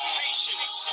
patience